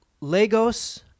Lagos